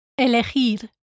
Elegir